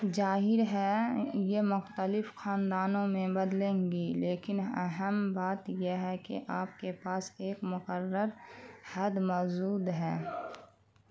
ظاہر ہے یہ مختلف خاندانوں میں بدلیں گی لیکن اہم بات یہ ہے کہ آپ کے پاس ایک مقرر حد موجود ہے